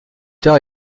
tard